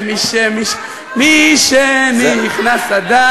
משנכנס אדר".